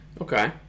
Okay